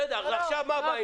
אז עכשיו מה באים?